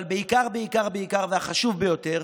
אבל בעיקר בעיקר בעיקר, והחשוב ביותר,